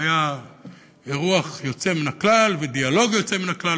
והיה אירוח יוצא מן הכלל ודיאלוג יוצא מן הכלל,